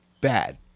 Bad